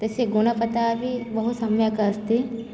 तस्य गुणवता अपि बहुसम्यक् अस्ति